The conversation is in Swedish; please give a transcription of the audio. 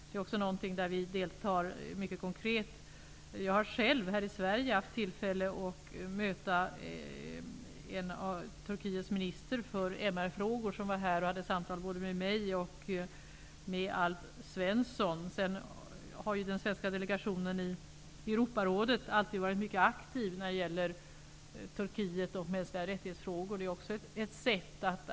Det är också någonting där vi deltar mycket konkret. Jag har själv här i Sverige haft tillfälle att möta Turkiets minister för MR-frågor som var här och förde samtal både med mig och med Alf Svensson. Den svenska delegationen i Europarådet har ju också alltid varit mycket aktiv när det gäller Turkiet och frågor om mänskliga rättigheter.